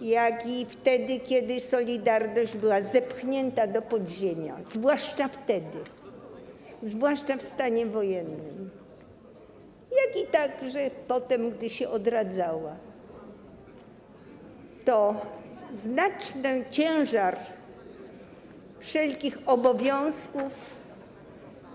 jak i wtedy gdy „Solidarność” była zepchnięta do podziemia, zwłaszcza wtedy, zwłaszcza w stanie wojennym, ale także potem, gdy się odradzała, znaczny ciężar wszelkich obowiązków